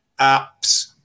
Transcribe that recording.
apps